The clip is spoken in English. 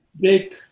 big